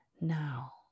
now